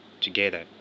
together